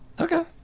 Okay